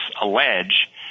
allege